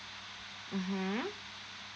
mmhmm